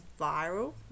viral